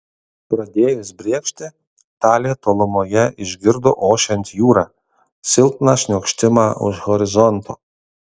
pradėjus brėkšti talė tolumoje išgirdo ošiant jūrą silpną šniokštimą už horizonto